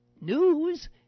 news